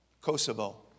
Kosovo